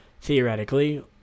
theoretically